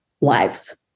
lives